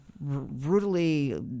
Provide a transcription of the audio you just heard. brutally